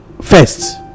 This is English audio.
first